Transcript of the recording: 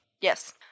Yes